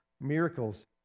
miracles